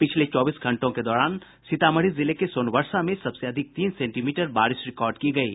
पिछले चौबीस घंटों के दौरान सीतामढ़ी जिले के सोनवर्षा में सबसे अधिक तीन सेंटीमीटर बारिश रिकार्ड की गयी